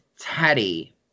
Teddy